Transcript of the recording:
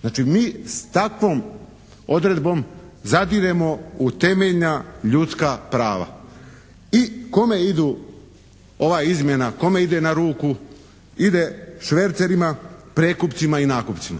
Znači mi s takvom odredbom zadiremo u temeljna ljudska prava. I kome idu, ova izmjena kome ide na ruku? Ide švercerima, prekupcima i nakupcima.